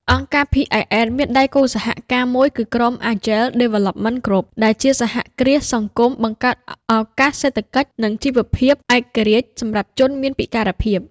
អង្គការ PIN មានដៃគូសហការមួយគឺក្រុម អាចែល ដេវេលឡប់មិន គ្រុប (Agile Development Group) ដែលជាសហគ្រាសសង្គមបង្កើតឱកាសសេដ្ឋកិច្ចនិងជីវភាពឯករាជ្យសម្រាប់ជនមានពិការភាព។